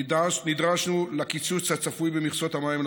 נדרשנו לקיצוץ הצפוי במכסות המים לחקלאות,